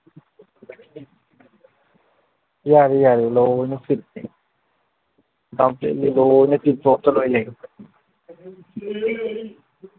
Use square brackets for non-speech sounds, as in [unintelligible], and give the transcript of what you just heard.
ꯌꯥꯔꯤ ꯌꯥꯔꯤ ꯂꯣꯏꯅ ꯐꯤꯠꯅꯤ ꯀꯝꯄ꯭ꯂꯤꯠꯂꯤ ꯂꯣꯏꯅ [unintelligible] ꯂꯣꯏ ꯂꯩ